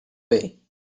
way